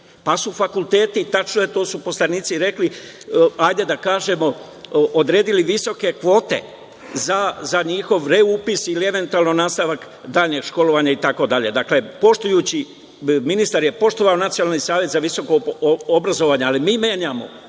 pa su fakulteti i tačno je, a to su poslanici rekli, hajde da kažemo, odredili visoke kvote za njihov re upis ili eventualno nastavak daljnjeg školovanja itd. Dakle, ministar je poštovao Nacionalni savet za visoko obrazovanje, ali mi menjamo